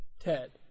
Ted